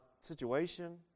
situation